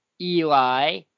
eli